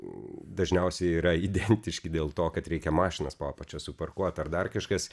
dažniausiai yra identiški dėl to kad reikia mašinas po apačia suparkuot ar dar kažkas